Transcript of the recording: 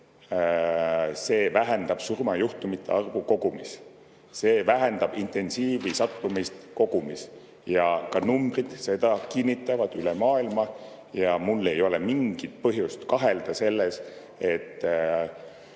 see vähendab surmajuhtumite arvu kogumis, see vähendab intensiivi sattumist kogumis. Ka numbrid kinnitavad seda üle maailma. Mul ei ole mingit põhjust kahelda selles, et